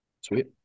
Sweet